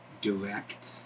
direct